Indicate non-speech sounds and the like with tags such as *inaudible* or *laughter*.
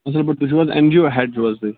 اَصٕل پٲٹھۍ تُہۍ چھُو حظ اٮ۪ن جی او *unintelligible*